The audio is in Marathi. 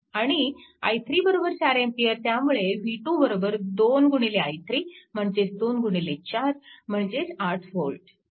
आणि i3 4A त्यामुळे v2 2 i3 म्हणजेच 24 म्हणजे 8V